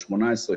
2018,